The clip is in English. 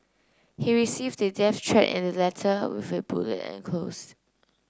he received a death threat in the letter with a bullet enclosed